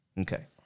Okay